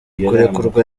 kurekurwa